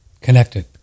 connected